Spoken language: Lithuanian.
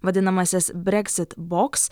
vadinamąsias breksit boks